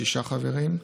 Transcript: שישה חברים: